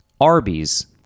Arby's